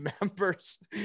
members